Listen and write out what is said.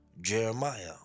Jeremiah